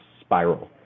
spiral